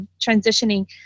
transitioning